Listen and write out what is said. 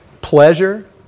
pleasure